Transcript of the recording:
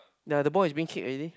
ya the ball is being kicked already